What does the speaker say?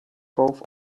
both